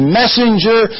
messenger